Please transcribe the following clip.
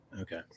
Okay